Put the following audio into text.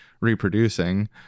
reproducing